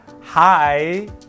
Hi